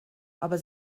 aber